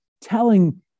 telling